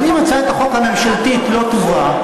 אבל אם הצעת החוק הממשלתית לא טובה,